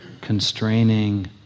constraining